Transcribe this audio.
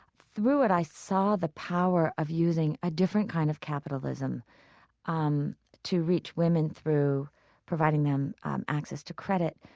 through it, i saw the power of using a different kind of capitalism um to reach women through providing them access to credit,